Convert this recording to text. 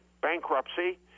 bankruptcy